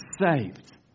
saved